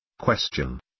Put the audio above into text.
Question